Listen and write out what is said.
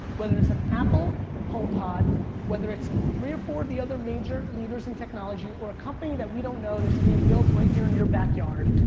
whether it's an apple homepod, whether it's three of four of the other major leaders in technology, or a company that we don't know that's being built right here in your backyard.